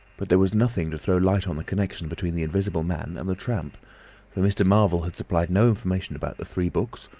but there was nothing to throw light on the connexion between the invisible man and the tramp for mr. marvel had supplied no information about the three books,